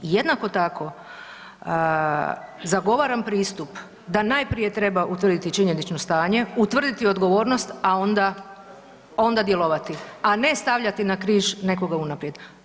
Jednako tako, zagovaram pristup da najprije treba utvrditi činjenično stanje, utvrditi odgovornost, a onda, onda djelovati, a ne stavljati na križ nekoga unaprijed.